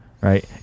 right